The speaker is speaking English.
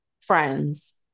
friends